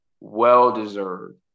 well-deserved